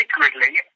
secretly